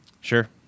sure